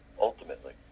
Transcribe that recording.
ultimately